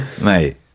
Mate